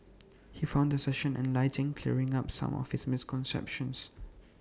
he found the session enlightening clearing up some of his misconceptions